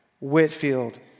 Whitfield